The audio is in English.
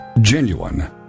genuine